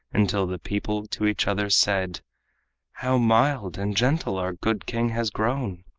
until the people to each other said how mild and gentle our good king has grown!